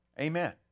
Amen